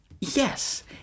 Yes